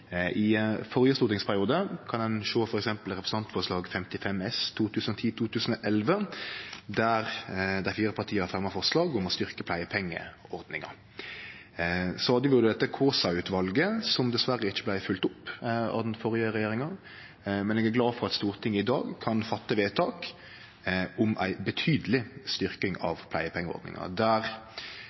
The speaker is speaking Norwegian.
I førre stortingsperiode kan ein f.eks. sjå representantforslaget Dokument 8:55 S for 2010–2011, der dei fire partia fremja forslag om å styrkje pleiepengeordninga. Så hadde vi dette Kaasa-utvalet, som dessverre ikkje vart følgt opp av den førre regjeringa. Men eg er glad for at Stortinget i dag kan fatte vedtak om ei betydeleg styrking av pleiepengeordninga, der